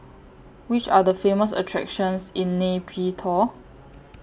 Which Are The Famous attractions in Nay Pyi Taw